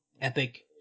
epic